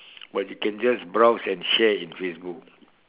but you can just browse and share in Facebook